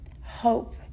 Hope